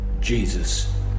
Jesus